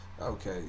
okay